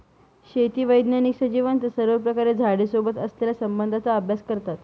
शेती वैज्ञानिक सजीवांचा सर्वप्रकारे झाडे सोबत असलेल्या संबंधाचा अभ्यास करतात